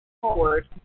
forward